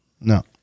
No